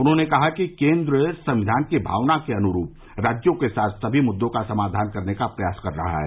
उन्होंने कहा कि केंद्र संविधान की भावना के अनुरुप राज्यों के साथ सभी मुद्दों का समाधान करने का प्रयास कर रहा है